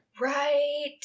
Right